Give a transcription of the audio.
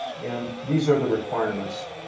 and these are the requirements,